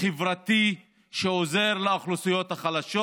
חברתי שעוזר לאוכלוסיות החלשות?